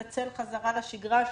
בצל חזרה לשגרה,